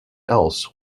else